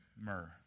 myrrh